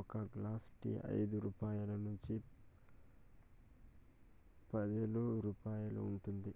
ఒక glass tea ఐదు రూపాయల నుంచి పదైదు రూపాయలు ఉంటుంది